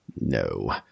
no